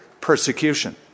Persecution